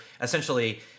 essentially